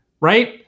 right